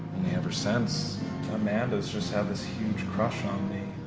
ever since amanda's just had this huge crush on me.